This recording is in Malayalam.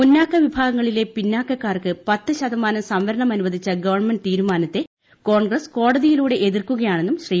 മുന്നാക്ക വിഭാഗങ്ങളിലെ പിന്നാക്കക്കാർക്ക് പത്ത് ശതമാനം സംവരണമനുവദിച്ച ഗവൺമെന്റ് തീരുമാനത്തെ കോൺഗ്രസ് കോടതിയിലൂടെ എതിർക്കുകയാണെന്നും ശ്രീ